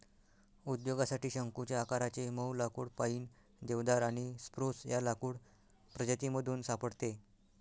उद्योगासाठी शंकुच्या आकाराचे मऊ लाकुड पाईन, देवदार आणि स्प्रूस या लाकूड प्रजातीमधून सापडते